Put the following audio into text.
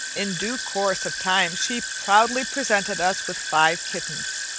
in due course of time she proudly presented us with five kittens.